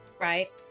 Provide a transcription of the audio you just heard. right